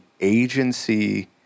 agency